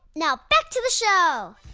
now back to the show